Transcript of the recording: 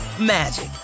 magic